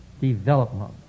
development